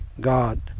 god